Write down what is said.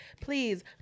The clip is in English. Please